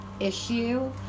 issue